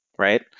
Right